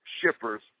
shippers